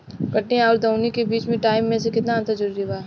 कटनी आउर दऊनी के बीच के टाइम मे केतना अंतर जरूरी बा?